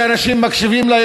שאנשים מקשיבים לה,